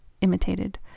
imitated